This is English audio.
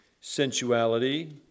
sensuality